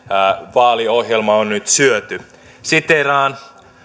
vaaliohjelma on nyt syöty siteeraan